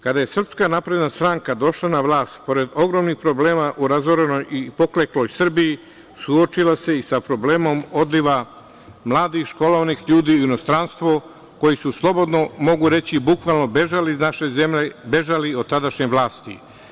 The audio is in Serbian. Kada je SNS došla na vlast, pored ogromnih problema u razorenoj i poklekloj Srbiji, suočila se i sa problemom odliva mladih, školovanih ljudi u inostranstvo, koji su, slobodno mogu reći, bukvalno bežali iz naše zemlje, bežali od tadašnje vlasti.